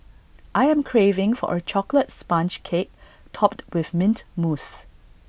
I am craving for A Chocolate Sponge Cake Topped with Mint Mousse